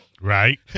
Right